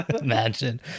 imagine